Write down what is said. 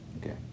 Okay